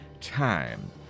time